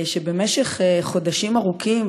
במשך חודשים ארוכים,